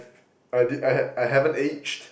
I did I had I haven't aged